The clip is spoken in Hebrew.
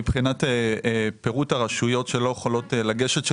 מבחינת פירוט הרשויות שלא יכולות לגשת,